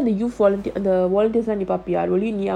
so பார்பியா:parpiya